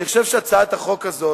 אני חושב שהצעת החוק הזאת,